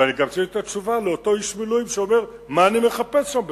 ואני גם צריך לתת תשובה לאותו איש מילואים שאומר: מה אני מחפש שם בכלל?